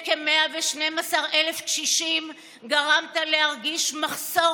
לכ-112,000 קשישים גרמת להרגיש מחסור